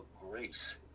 grace